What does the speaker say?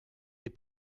des